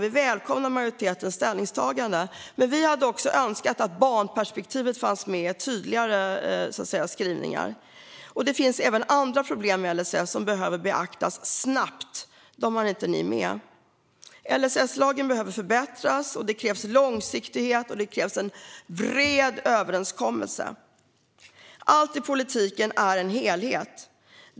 Vi välkomnar majoritetens ställningstagande, men vi hade önskat att barnperspektivet fanns med i tydligare skrivningar. Det finns även andra problem med LSS som behöver beaktas snabbt. Dem har inte ni med. LSS behöver förbättras, och det kräver långsiktighet och en bred överenskommelse. Allt i politiken är en helhet.